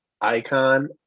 icon